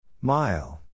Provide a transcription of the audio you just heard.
Mile